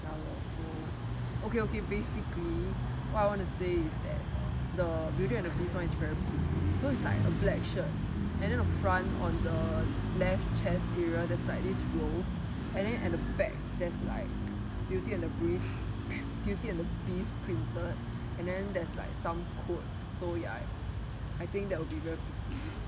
ya lor so okay okay basically what I want to say is that the beauty and the beast one is very pretty so it's like a black shirt and then a front on the left chest area there's like this rose and then at the back there's like beauty and the beast printed and then there's like some code so ya I think that will be very pretty